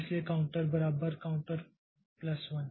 इसलिए काउंटर बराबर counter plus 1